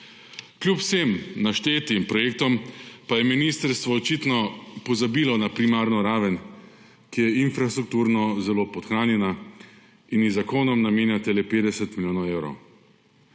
Kljub vsem naštetim projektom pa je ministrstvo očitno pozabilo na primarno raven, ki je infrastrukturno zelo podhranjena in ji z zakonom namenjate le 50 milijonov evrov.